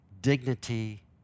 dignity